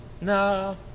No